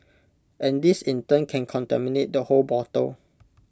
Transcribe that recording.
and this in turn can contaminate the whole bottle